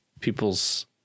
people's